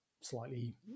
slightly